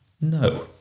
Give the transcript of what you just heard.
No